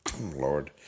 Lord